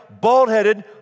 bald-headed